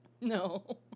No